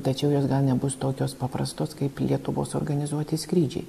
tačiau jos gal nebus tokios paprastos kaip lietuvos organizuoti skrydžiai